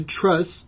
trust